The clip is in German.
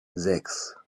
sechs